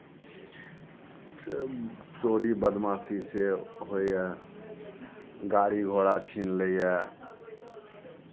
च् चोरी बदमाशी से होइए गाड़ी घोड़ा छीन लैए